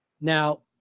Now